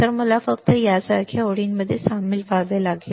तर आता मला फक्त यासारख्या ओळींमध्ये सामील व्हावे लागले